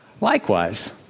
Likewise